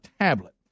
tablet